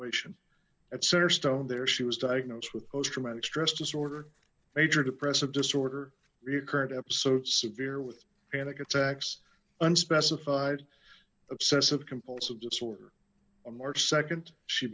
ation at center stone there she was diagnosed with post traumatic stress disorder major depressive disorder recurrent episodes severe with panic attacks unspecified obsessive compulsive disorder on march nd she